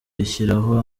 rishyiraho